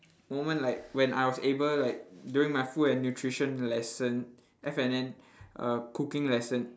moment like when I was able like during my food and nutrition lesson F&N uh cooking lesson